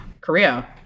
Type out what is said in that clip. Korea